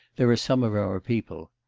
there are some of our people.